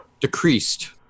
decreased